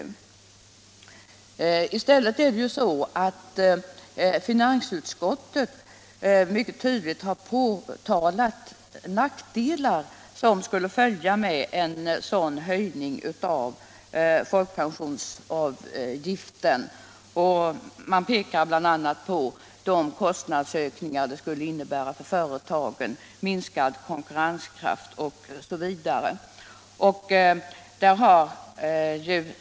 I stället har finansutskottet mycket tydligt påtalat de nackdelar som skulle följa med en sådan höjning av folkpensionsavgiften. Man pekar bl.a. på de kostnadsökningar det skulle innebära för företagen, minskad konkurrenskraft osv.